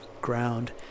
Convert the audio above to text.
ground